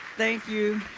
thank you,